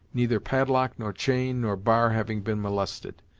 neither padlock nor chain nor bar having been molested.